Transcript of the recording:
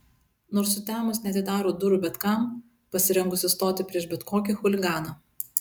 nors sutemus neatidaro durų bet kam pasirengusi stoti prieš bet kokį chuliganą